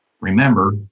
Remember